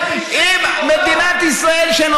אם מדינת ישראל,